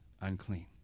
unclean